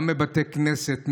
גם בבתי כנסת,